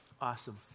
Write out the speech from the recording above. Awesome